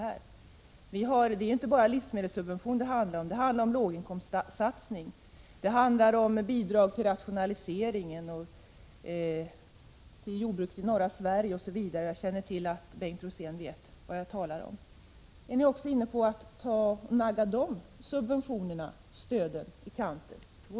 Men det handlar inte bara om livsmedelssubventionen, utan det handlar också om låginkomstsatsning, om bidrag till rationaliseringen, om bidrag till jordbruk i norra Sverige, osv. Är ni också inne på att nagga dessa stöd i kanten?